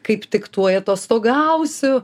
kaip tik tuoj atostogausiu